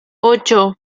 ocho